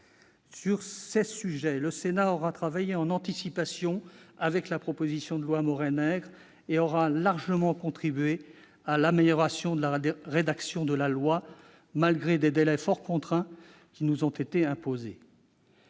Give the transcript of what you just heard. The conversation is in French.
Sur ces sujets, le Sénat aura travaillé en anticipation, avec la proposition de loi Maurey-Nègre, et il aura largement contribué à l'amélioration de la rédaction de la loi, malgré les délais fort contraints qui nous ont été imposés.